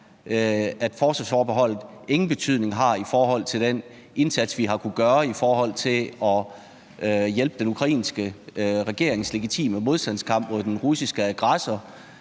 at forsvarsforbeholdet ingen betydning har i forhold til den indsats, vi har kunnet gøre med hensyn til at hjælpe den ukrainske regerings legitime modstandskamp mod den russiske aggressor;